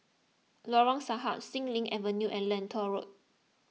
Lorong Sahad Xilin Avenue and Lentor Road